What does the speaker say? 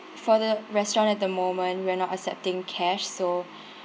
for the restaurant at the moment we're not accepting cash so